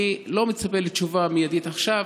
אני לא מצפה לתשובה מיידית עכשיו